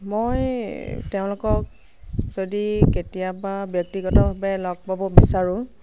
মই তেওঁলোকক যদি কেতিয়াবা ব্যক্তিগতভাৱে লগ পাব বিচাৰোঁ